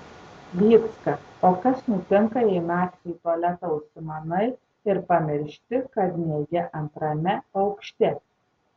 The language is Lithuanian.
vycka o kas nutinka jei naktį į tualetą užsimanai ir pamiršti kad miegi antrame aukšte